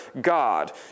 God